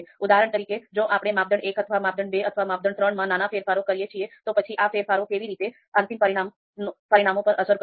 ઉદાહરણ તરીકે જો આપણે માપદંડ 1 અથવા માપદંડ 2 અથવા માપદંડ 3 માં નાના ફેરફારો કરીએ છીએ તો પછી આ ફેરફારો કેવી રીતે અંતિમ પરિણામો પર અસર કરશે